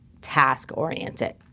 task-oriented